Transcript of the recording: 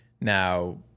now